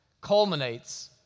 culminates